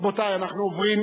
רבותי, אנחנו עוברים